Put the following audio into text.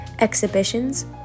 exhibitions